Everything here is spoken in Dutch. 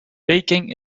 peking